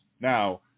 Now